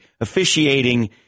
Officiating